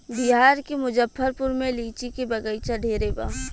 बिहार के मुजफ्फरपुर में लीची के बगइचा ढेरे बा